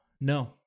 No